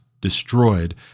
destroyed